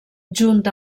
junt